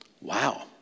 Wow